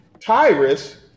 Tyrus